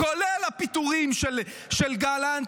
כולל הפיטורים של גלנט,